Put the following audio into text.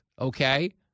Okay